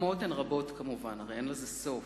והדוגמאות הן רבות כמובן, הרי אין לזה סוף.